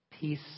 Peace